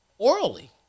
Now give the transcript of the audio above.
Orally